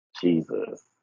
Jesus